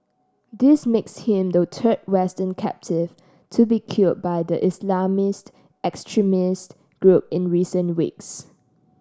this makes him the third Western captive to be killed by the Islamist extremist group in recent weeks